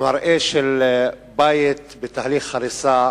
המראה של בית בתהליך הריסה